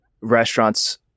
restaurants